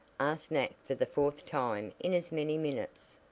asked nat for the fourth time in as many minutes.